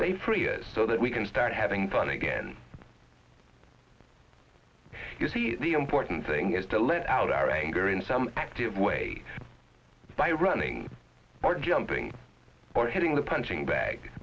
freeze so that we can start having fun again you see the important thing is to let out our anger in some active way by running or jumping or hitting the punching bag